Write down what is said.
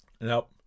Nope